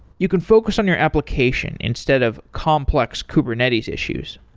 you can focus on your application instead of complex kubernetes issues.